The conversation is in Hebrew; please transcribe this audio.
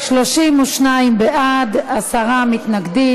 32 בעד, עשרה נגד,